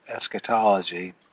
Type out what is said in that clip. eschatology